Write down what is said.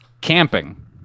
Camping